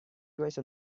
twice